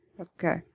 Okay